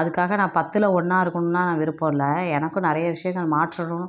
அதுக்காக நான் பத்தில் ஒன்றா இருக்கணுன்னால் நான் விருப்பம் இல்லை எனக்கும் நிறைய விஷயங்கள் மாற்றணும்